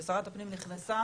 כאשר שרת הפנים נכנסה